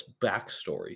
backstory